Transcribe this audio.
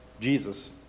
Jesus